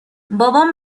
بابام